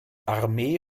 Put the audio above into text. armee